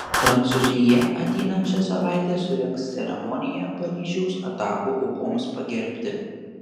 prancūzija ateinančią savaitę surengs ceremoniją paryžiaus atakų aukoms pagerbti